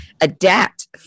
adapt